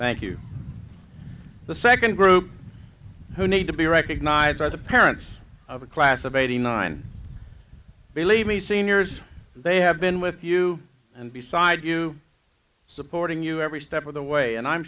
thank you the second group who need to be recognized by the parents of a class of eighty nine believe me seniors they have been with you and beside you supporting you every step of the way and i'm